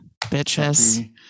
bitches